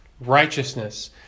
righteousness